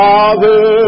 Father